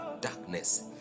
darkness